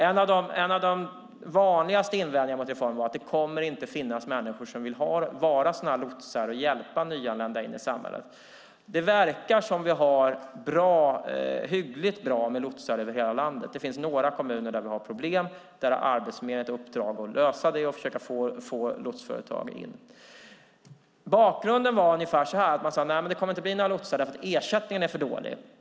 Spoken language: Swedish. En av de vanligaste invändningarna mot reformen var att det inte skulle finnas människor som ville vara lotsar och hjälpa nyanlända in i samhället. Det verkar som om vi har hyggligt bra med lotsar över hela landet. Det finns några kommuner där vi har problem. Arbetsförmedlingen har i uppdrag att lösa det och försöka få in lotsföretag. Bakgrunden var att man sade att det inte skulle bli några lotsar därför att ersättningen var för dålig.